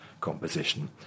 composition